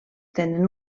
tenen